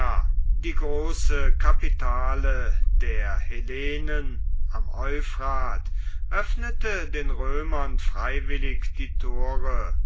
die große kapitale der hellenen am euphrat öffnete den römern freiwillig die tore